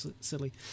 silly